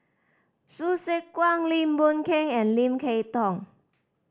Hsu Tse Kwang Lim Boon Keng and Lim Kay Tong